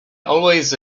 always